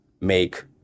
make